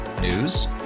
News